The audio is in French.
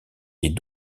est